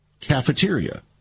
cafeteria